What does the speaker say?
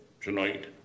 tonight